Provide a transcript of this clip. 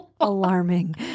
alarming